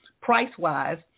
price-wise